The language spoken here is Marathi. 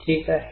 ठीक आहे